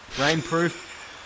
Rainproof